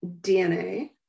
DNA